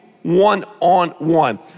one-on-one